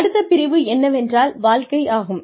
அடுத்த பிரிவு என்னவென்றால் வாழ்க்கை ஆகும்